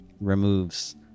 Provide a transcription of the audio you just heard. removes